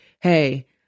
Hey